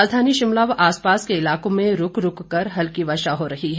राजधानी शिमला व आसपास के इलाकों में रूक रूककर हल्की वर्षा हो रही है